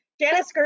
Janice